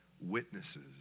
Witnesses